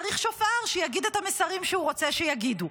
צריך שופר שיגיד את המסרים שהוא רוצה שיגידו.